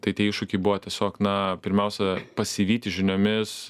tai tie iššūkiai buvo tiesiog na pirmiausia pasivyti žiniomis